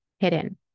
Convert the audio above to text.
hidden